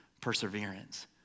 perseverance